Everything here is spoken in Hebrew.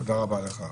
תודה רבה לך.